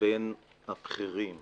בין הבכירים